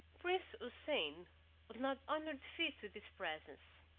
prince houssain would not honor the feast with his presence.